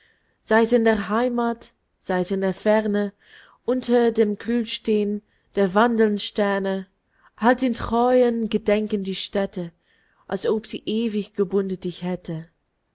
in der heimat sei's in der ferne unter dem kühlsten der wandelnden sterne halt in treuem gedenken die stätte als ob sie ewig gebunden dich hätte